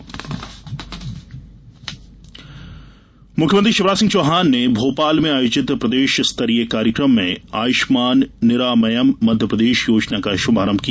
निरामयम मप्र मुख्यमंत्री शिवराज सिंह चौहान ने भोपाल में आयोजित प्रदेश स्तरीय कार्यक्रम में आयुष्मान निरामयम मध्यप्रदेश योजना का शुभारंभ किया